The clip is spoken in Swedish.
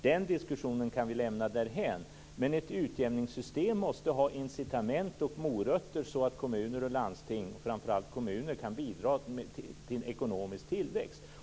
Den diskussionen kan vi lämna därhän. Men ett utjämningssystem måste ha incitament och morötter så att kommuner och landsting, och framför allt kommuner, kan bidra till en ekonomisk tillväxt.